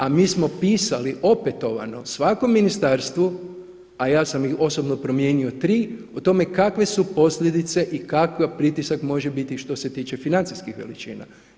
A mi smo pisali opetovano svakom ministarstvu, a ja sam ih osobno promijenio tri, o tome kakve su posljedice i kakav pritisak može biti što se tiče financijskih veličina.